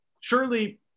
surely